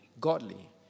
godly